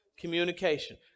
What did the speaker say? communication